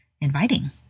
inviting